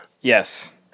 Yes